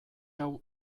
hau